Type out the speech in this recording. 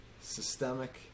systemic